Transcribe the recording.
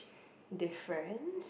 difference